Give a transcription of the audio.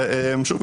ושוב,